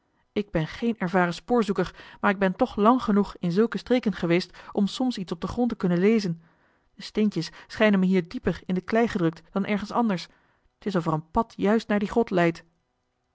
ik ben geen ervaren spoorzoeker maar ik ben toch lang genoeg in zulke streken geweest om soms iets op den grond te kunnen lezen de steentjes schijnen me hier dieper in de klei gedrukt dan ergens anders t is of er een pad juist naar die grot leidt